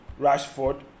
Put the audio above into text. rashford